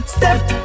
Step